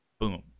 Boom